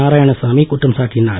நாராயணசாமி குற்றம் சாட்டினார்